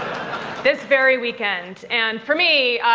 this very weekend. and for me.